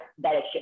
direction